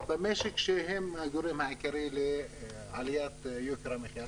במשק שהן הגורם העיקרי לעליית יוקר המחיה.